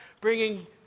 bringing